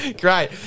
great